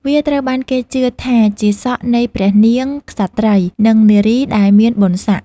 វាត្រូវបានគេជឿថាជាសក់នៃព្រះនាង ក្សត្រីយ៍ និងនារីដែលមានបុណ្យស័ក្តិ។